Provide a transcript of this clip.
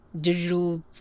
digital